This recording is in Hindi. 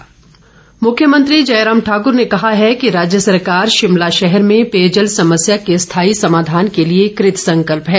मुख्यमंत्री मुख्यमंत्री जयराम ठाक्र ने कहा है कि राज्य सरकार शिमला शहर में पेयजल समस्या के स्थाई समाधान के लिए कृतंसकल्प है